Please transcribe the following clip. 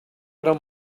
don’t